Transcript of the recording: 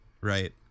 right